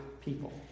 People